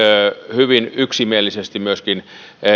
hyvin yksimielisesti myöskin